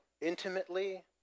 intimately